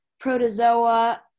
protozoa